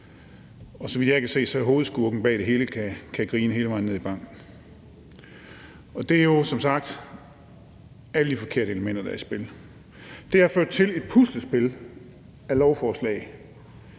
Så vidt jeg kan se, kan hovedskurken bag det hele grine hele vejen ned i banken. Det er jo som sagt alle de forkerte elementer, der er i spil. Det har ført til et puslespil af beslutningsforslag,